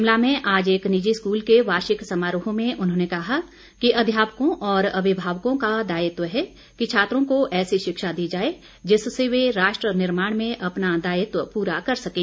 शिमला में आज एक निजी स्कूल के वार्षिक समारोह में उन्होंने कहा कि अध्यापकों और अभिभावकों का दायित्व है कि छात्रों को ऐसी शिक्षा दी जाए जिससे वे राष्ट्र निर्माण में अपना दायित्व पूरा कर सकें